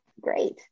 great